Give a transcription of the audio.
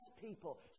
people